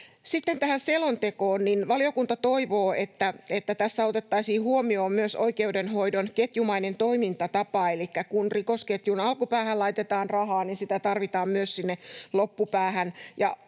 Sitten tähän selontekoon: Valiokunta toivoo, että tässä otettaisiin huomioon myös oikeudenhoidon ketjumainen toimintatapa. Elikkä kun rikosketjun alkupäähän laitetaan rahaa, niin sitä tarvitaan myös sinne loppupäähän,